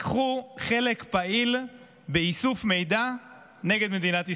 הם לקחו חלק פעיל באיסוף מידע נגד מדינת ישראל,